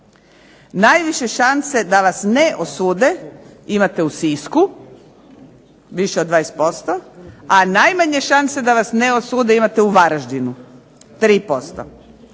Najviše šanse da vas ne osude imate u Sisku, više od 20% a najmanje šanse da vas ne osude imate u Varaždinu 3%.